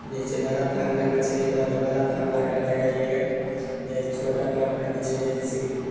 जैसे बड़ा फेन का मछली हुआ त बड़ा फान लाकर लगाइएगा जा इ छोटा फान का मछली है जैसे कि